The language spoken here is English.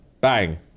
bang